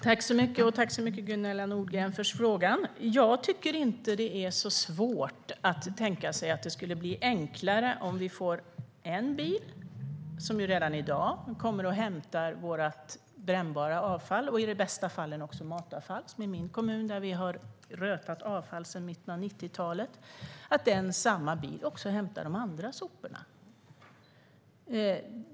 Herr talman! Jag tackar Gunilla Nordgren för frågan. Jag tycker inte att det är så svårt att tänka sig att det skulle bli enklare om samma bil som redan i dag kommer och hämtar vårt brännbara avfall - och i de bästa fallen även matavfall, som i min hemkommun där vi har rötat avfall sedan mitten av 1990-talet - även hämtar de andra soporna.